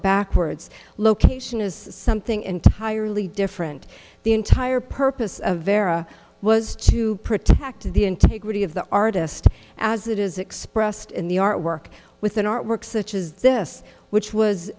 backwards location is something entirely different the entire purpose of vera was to protect the integrity of the artist as it is expressed in the artwork with an artwork such as this which was